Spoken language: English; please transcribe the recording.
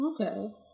Okay